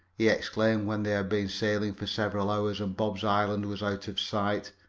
he exclaimed when they had been sailing for several hours and bob's island was out of sight.